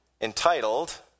entitled